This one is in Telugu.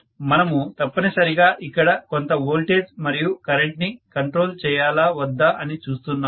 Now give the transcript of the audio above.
మనము తప్పనిసరిగా ఇక్కడ కొంత వోల్టేజ్ మరియు కరెంట్ ని కంట్రోల్ చేయాలా వద్దా అని చూస్తున్నాము